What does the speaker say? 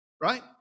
right